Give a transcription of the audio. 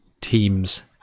teams